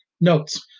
Notes